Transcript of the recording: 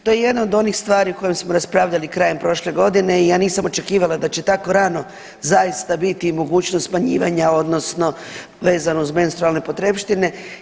To je jedna od onih stvari o kojoj smo raspravljali krajem prošle godine i ja nisam očekivala da će tako rano zaista biti i mogućnost smanjivanja, odnosno vezano uz menstrualne potrepštine.